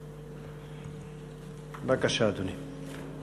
בבקשה, אדוני.